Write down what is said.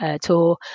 tour